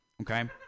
okay